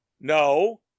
No